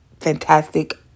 fantastic